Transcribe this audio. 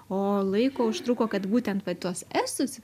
o laiko užtruko kad būtent va tuos estus